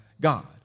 God